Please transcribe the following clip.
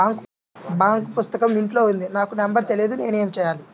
Bank పుస్తకం ఇంట్లో ఉంది నాకు నంబర్ తెలియదు నేను ఏమి చెయ్యాలి?